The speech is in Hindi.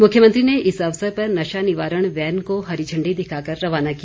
मुख्यमंत्री ने इस अवसर पर नशा निवारण वैन को हरी झंडी दिखाकर रवाना किया